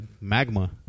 magma